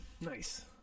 Nice